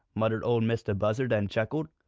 muttered ol' mistah buzzard, and chuckled.